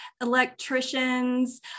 electricians